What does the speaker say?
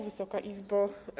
Wysoka Izbo!